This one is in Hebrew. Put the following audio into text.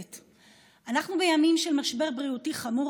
בימים של משבר בריאותי חמור,